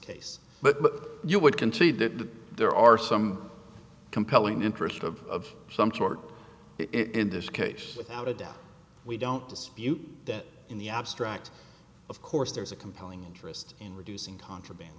case but you would concede that there are some compelling interest of some sort it in this case without a doubt we don't dispute that in the abstract of course there is a compelling interest in reducing contraband